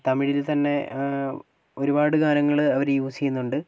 തമിഴിൽ തന്നെ ഒരുപാട് ഗാനങ്ങൾ അവർ യൂസ് ചെയ്യുന്നുണ്ട്